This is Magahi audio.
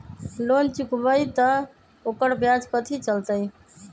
लोन चुकबई त ओकर ब्याज कथि चलतई?